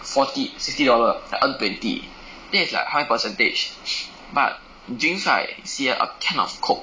forty sixty dollar I earn twenty that is like how many percentage but drinks right you see ah a can of coke